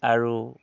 আৰু